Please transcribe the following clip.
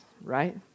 right